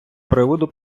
приводу